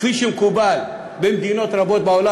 כפי שמקובל במדינות רבות בעולם,